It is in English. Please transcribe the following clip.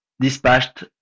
dispatched